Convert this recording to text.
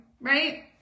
right